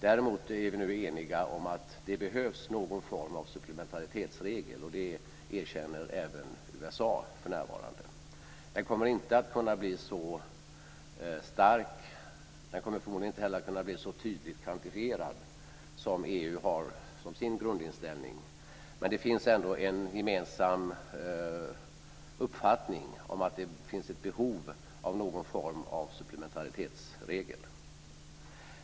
Däremot är vi nu eniga om att det behövs någon form av supplementaritetsregel. Det erkänner även USA för närvarande. Den kommer inte att kunna bli så stark, den kommer förmodligen inte heller att kunna bli så tydligt kvantifierad som EU har som sin grundinställning, men det finns ändå en gemensam uppfattning om att det finns ett behov av någon form av supplementaritetsregel.